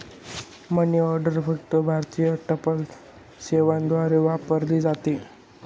मनी order फक्त भारतीय टपाल सेवेद्वारे वापरली जाते